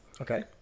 Okay